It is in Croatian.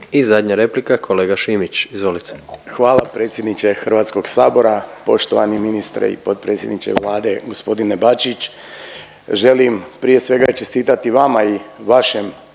I zadnja replika kolega Šimić, izvolite. **Šimić, Petar (HDZ)** Hvala predsjedniče Hrvatskog sabora. Poštovani ministre i potpredsjedniče Vlade gospodine Bačić želim prije svega čestitati vama i vašem